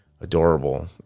adorable